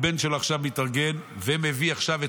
והבן שלו עכשיו מתארגן ומביא עכשיו את